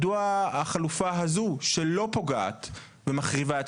מדוע החלופה הזו שלא פוגעת ומחריבה את